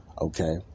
okay